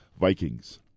Vikings